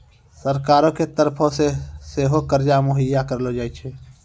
सरकारो के तरफो से सेहो कर्जा मुहैय्या करलो जाय छै